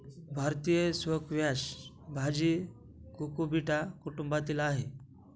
भारतीय स्क्वॅश भाजी कुकुबिटा कुटुंबातील आहे